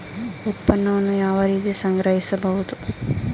ಉತ್ಪನ್ನವನ್ನು ಯಾವ ರೀತಿ ಸಂಗ್ರಹಿಸಬಹುದು?